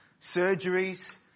surgeries